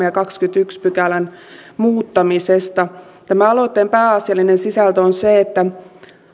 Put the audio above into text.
ja kahdennenkymmenennenensimmäisen pykälän muuttamisesta aloitteen pääasiallinen sisältö on se että